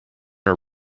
are